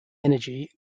energy